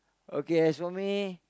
okay as for me